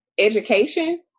education